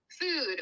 food